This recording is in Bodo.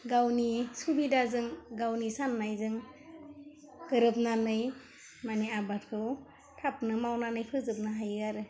गावनि सुबिदाजों गावनि सान्नायजों गोरोबनानै माने आबादखौ थाबनो मावनानै फोजोबनो हायो आरो